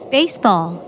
Baseball